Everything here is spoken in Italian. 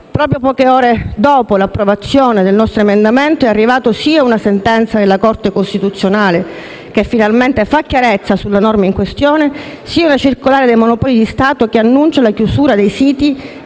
Proprio poche ore dopo l'approvazione del mio emendamento è arrivata sia una sentenza della Corte costituzionale che finalmente fa chiarezza sulla norma in questione, sia una circolare dei Monopoli di Stato che annuncia la chiusura dei siti